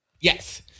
Yes